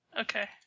Okay